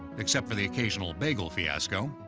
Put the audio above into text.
except for the occasional bagel fiasco.